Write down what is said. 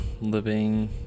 living